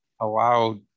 allowed